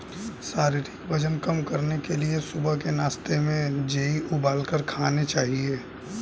शारीरिक वजन कम करने के लिए सुबह के नाश्ते में जेई उबालकर खाने चाहिए